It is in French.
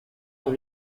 dans